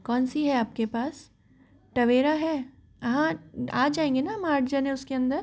कौन सी है आपके पास टवेरा टवेरा है हाँ जाएंगे ना हम आठ जाने उसके अंदर